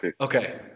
Okay